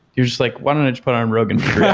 you're just like, what don't i just put on rogan for